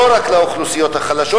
לא רק לאוכלוסיות החלשות.